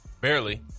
Barely